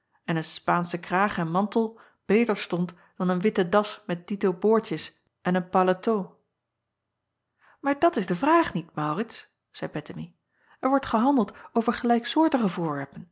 en een paansche kraag en mantel beter stond dan een witte das met dito boordjes en een paletot acob van ennep laasje evenster delen aar dat is de vraag niet aurits zeî ettemie er wordt gehandeld over gelijksoortige